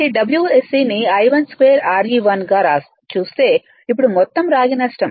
కాబట్టి WSC ని I12Re1 గా చూస్తే ఇప్పుడు మొత్తం రాగి నష్టం